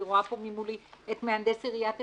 אני רואה פה ממולי את מהנדס עיריית הרצליה,